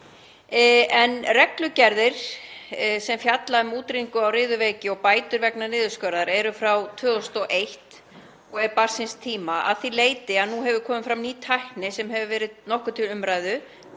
En reglugerð sem fjallar um útrýmingu á riðuveiki og bætur vegna niðurskurðar er frá 2001 og er barn síns tíma að því leyti að nú hefur komið fram ný tækni, sem hefur verið nokkuð til umræðu,